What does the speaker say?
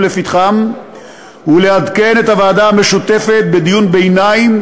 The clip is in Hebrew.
לפתחם ולעדכן את הוועדה המשותפת בדיון ביניים,